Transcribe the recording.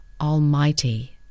almighty